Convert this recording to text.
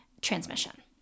transmission